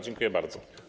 Dziękuję bardzo.